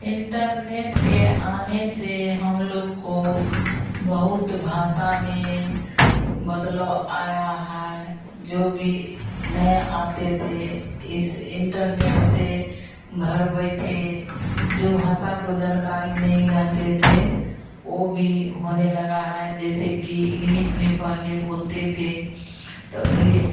internet के आने से हमलोग की बहुत भाषा में बदलाव आया है जो भी नहीं आती थी इस इन्टरनेट से घर बैठे जो भाषा की जानकारी नहीं रहती थी वह भी होने लगी है जैसे कि इंग्लिश में पहले बोलते थे तो इंग्लिश